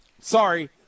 Sorry